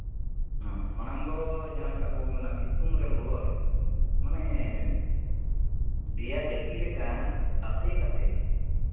ᱦᱮᱸ ᱢᱟᱲᱟᱝ ᱫᱚ ᱡᱟᱦᱟᱸ ᱞᱮᱠᱟ ᱟᱵᱚ ᱢᱮᱱᱟ ᱥᱤᱛᱩᱝ ᱨᱮ ᱞᱚᱞᱚ ᱨᱮ ᱢᱟᱱᱮ ᱫᱮᱭᱟ ᱡᱟᱹᱛᱤ ᱞᱮᱠᱟ ᱛᱟᱥᱮ ᱠᱟᱛᱮᱫ